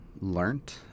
learned